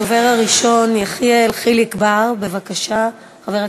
הדובר הראשון, יחיאל חיליק בר, בבקשה.